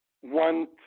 one